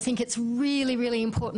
שאני חושבת שזה מאוד מאוד חשוב,